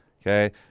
Okay